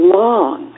long